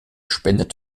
spendet